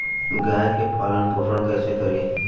गाय के पालन पोषण पोषण कैसे करी?